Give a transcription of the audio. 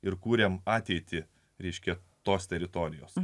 ir kūrėme ateitį ryški tos teritorijos